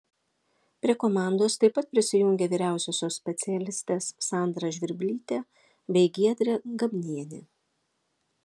prie komandos taip pat prisijungė vyriausiosios specialistės sandra žvirblytė bei giedrė gabnienė